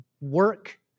work